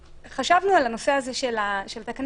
כשחשבנו על הנושא הזה של התקנות,